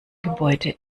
gebäude